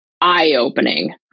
eye-opening